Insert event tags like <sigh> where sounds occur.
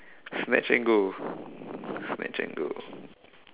snatch and go <breath> snatch and go